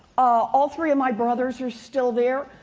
ah all three of my brothers are still there.